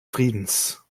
friedens